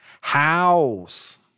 house